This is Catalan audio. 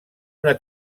una